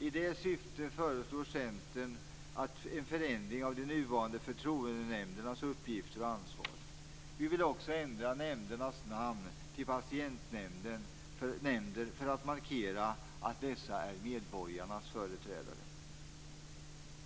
I det syftet föreslår Centern en förändring av de nuvarande förtroendenämndernas uppgifter och ansvar. Vi vill också ändra nämndernas namn till patientnämnder för att markera att de är medborgarnas företrädare.